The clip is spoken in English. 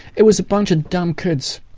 it was a bunch of dumb kids.